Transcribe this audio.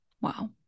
Wow